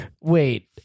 wait